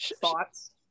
Thoughts